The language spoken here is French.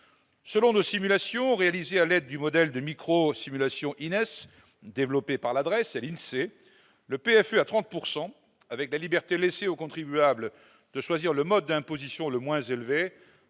Selon nos simulations, réalisées à l'aide du modèle de microsimulation Ines, développé par la DREES et l'INSEE, le " PFU à 30 %", avec la liberté laissée aux contribuables de choisir le mode d'imposition le moins élevé,